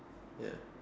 ya